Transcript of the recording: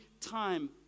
time